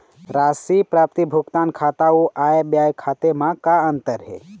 राशि प्राप्ति भुगतान खाता अऊ आय व्यय खाते म का अंतर हे?